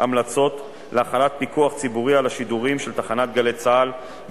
המלצות להחלת פיקוח ציבורי על השידורים של תחנת "גלי צה"ל"